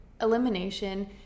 elimination